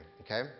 Okay